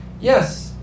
Yes